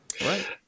right